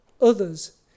others